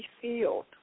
field